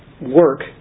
work